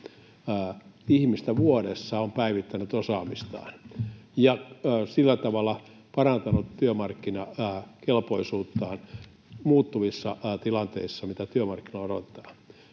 ihmistä vuodessa on päivittänyt osaamistaan ja sillä tavalla parantanut työmarkkinakelpoisuuttaan muuttuvissa tilanteissa ja mitä työmarkkinoilla odotetaan.